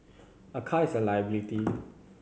a car is a liability